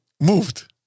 moved